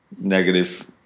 negative